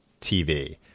TV